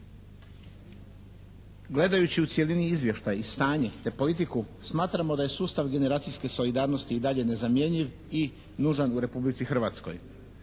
Gledajući u cjelini izvještaj i stanje te politiku smatramo da je sustav generacijske solidarnosti i dalje nezamjenjiv i nužan u Republici Hrvatskoj.